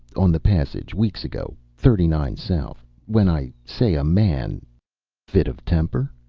on the passage. weeks ago. thirty-nine south. when i say a man fit of temper,